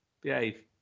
Behave